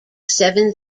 seven